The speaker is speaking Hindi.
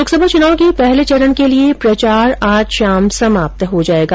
लोकसभा चुनाव के पहले चरण के लिये प्रचार आज शाम समाप्त हो जायेगा